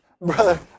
Brother